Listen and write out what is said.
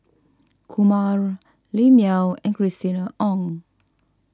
Kumar Lim Yau and Christina Ong